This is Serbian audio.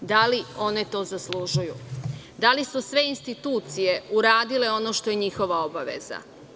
Da li to one zaslužuju, da li su sve institucije uradile ono što je njihova obaveza?